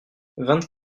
vingt